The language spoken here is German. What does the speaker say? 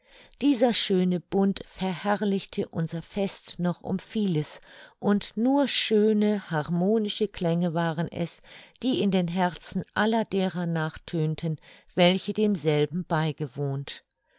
dieser schöne bund verherrlichte unser fest noch um vieles und nur schöne harmonische klänge waren es die in den herzen aller derer nachtönten welche demselben beigewohnt